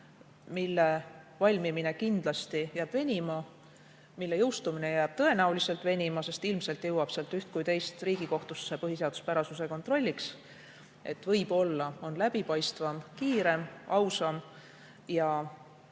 mille valmimine kindlasti jääb venima, mille jõustumine jääb tõenäoliselt venima, sest ilmselt jõuab sealt üht kui teist Riigikohtusse põhiseaduspärasuse kontrolliks. Võib-olla on läbipaistvam, kiirem, ausam ja